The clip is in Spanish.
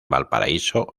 valparaíso